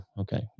Okay